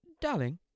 Darling